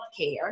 Healthcare